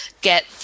get